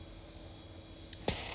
去到哪里都是很多人的 lor